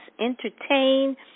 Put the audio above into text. entertain